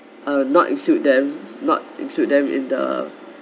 uh not include them not include them in the